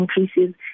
increases